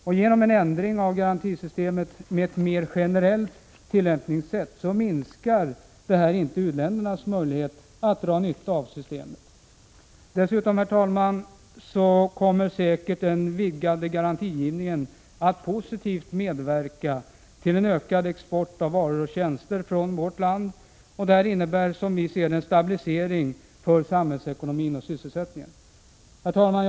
En ändring av riktlinjerna för garantisystemet mot ett mer generellt tillämpningssätt minskar inte u-ländernas möjlighet att dra nytta av systemet. Dessutom, herr talman, kommer säkert den vidgade garantigivningen att positivt medverka till en ökad export av varor och tjänster från vårt land. Det innebär som vi ser det en stabilisering av samhällsekonomin och sysselsättningen. Herr talman!